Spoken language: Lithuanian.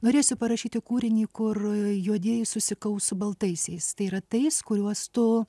norėsiu parašyti kūrinį kur juodieji susikaus su baltaisiais tai yra tais kuriuos tu